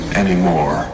anymore